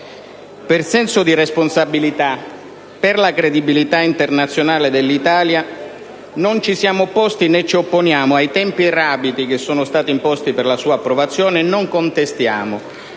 Per senso di responsabilità e per la credibilità internazionale dell'Italia non ci siamo opposti né ci opponiamo ai tempi rapidi che sono stati imposti per la sua approvazione e non contestiamo